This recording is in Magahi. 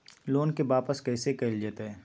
लोन के वापस कैसे कैल जतय?